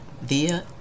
via